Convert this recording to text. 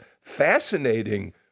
fascinating